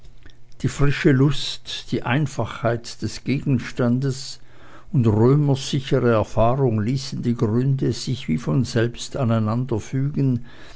die frische luft die einfachheit des gegenstandes und römers sichere erfahrung ließen die gründe sich wie von selbst